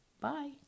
bye